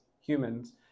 humans